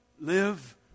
Live